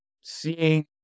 seeing